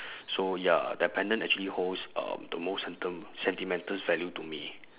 so ya that pendant actually holds uh the most senti~ sentimental value to me